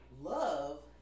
love